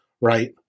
right